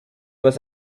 was